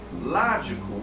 logical